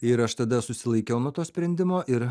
ir aš tada susilaikiau nuo to sprendimo ir